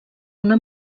una